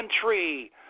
country